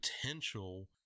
potential